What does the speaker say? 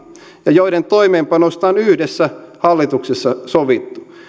ja joiden toimeenpanosta on yhdessä hallituksessa sovittu